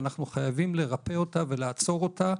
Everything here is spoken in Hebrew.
ואנחנו חייבים לרפא אותה ולעצור אותה,